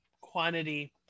quantity